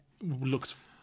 looks